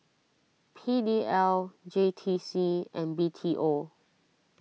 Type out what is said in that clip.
P D L J T C and B T O